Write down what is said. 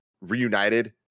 reunited